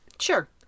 Sure